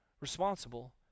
responsible